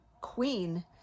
queen